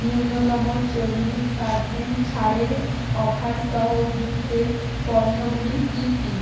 ন্যূনতম চল্লিশ পার্সেন্ট ছাড়ের অফারসহ জুসের পণ্যগুলি কী কী